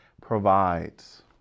provides